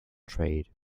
trade